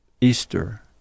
Easter